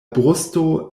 brusto